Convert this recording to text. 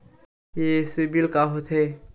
ये सीबिल का होथे?